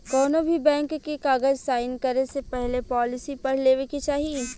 कौनोभी बैंक के कागज़ साइन करे से पहले पॉलिसी पढ़ लेवे के चाही